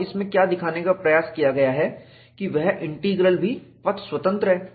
और इसमें क्या दिखाने का प्रयास किया गया है कि वह इंटीग्रल भी पथ स्वतंत्र है